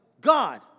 God